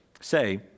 say